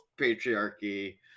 patriarchy